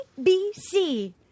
ABC